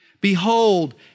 Behold